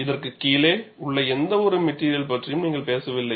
இதற்கு கீழே உள்ள எந்தவொரு மெட்டிரியல் பற்றியும் நீங்கள் பேசவில்லை